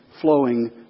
flowing